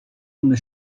inne